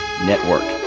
Network